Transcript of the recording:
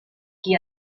qui